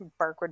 Barkwood